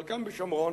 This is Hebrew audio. חלקם בשומרון,